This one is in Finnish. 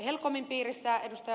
helcomin piirissä ed